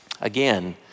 Again